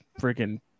freaking